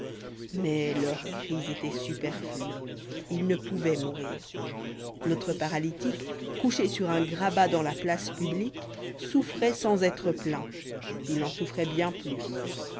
mais leurs cris étaient superflus ils ne pouvoient mourir notre paralytique couché sur un grabat dans la place publique souffrait sans être plaint il en souffrait bien plus